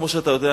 כמו שאתה יודע,